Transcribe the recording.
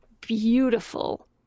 beautiful